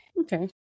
okay